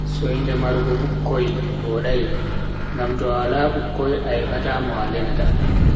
Soinde marugo bikkoi vodai. Ngam to a wala bikkoi, a hebata mo a lenata.